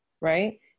Right